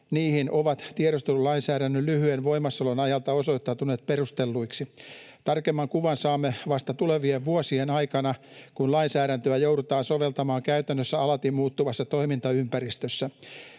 niihin ovat tiedustelulainsäädännön lyhyen voimassaolon ajalta osoittautuneet perustelluiksi. Tarkemman kuvan saamme vasta tulevien vuosien aikana, kun lainsäädäntöä joudutaan soveltamaan käytännössä alati muuttuvassa toimintaympäristössä.